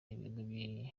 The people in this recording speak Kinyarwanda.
ibigo